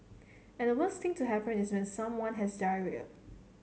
and the worst thing to happen is when someone has diarrhoea